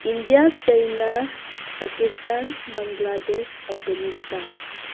India China Pakistan Bangladesh Afghanistan